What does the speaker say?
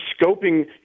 scoping